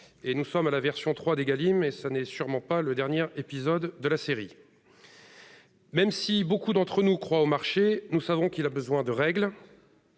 Nous en sommes à la saison 3 d'Égalim, et ce n'est sûrement pas la dernière de la série ! Même si nombre d'entre nous croient au marché, nous savons qu'il a besoin de règles,